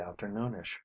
afternoonish